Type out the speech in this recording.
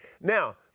Now